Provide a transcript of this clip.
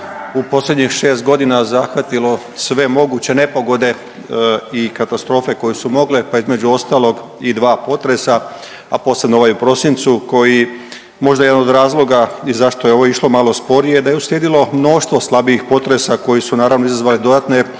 u posljednjih 6 godina zahvatilo sve moguće nepogode i katastrofe koje su mogle, pa između ostalog i dva potresa, a posebno ovaj u prosincu koji možda jedan od razloga i zašto je ovo išlo malo sporije, da je uslijedilo mnoštvo slabijih potresa koji su naravno izazvali dodatne,